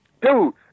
dude